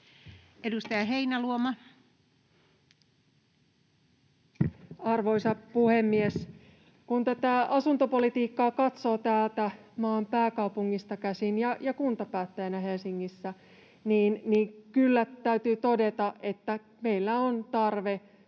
Content: Arvoisa puhemies! Kun asuntopolitiikkaa katsoo täältä maan pääkaupungista käsin ja kuntapäättäjänä Helsingissä, niin kyllä täytyy todeta, että meillä on tarve,